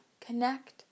Connect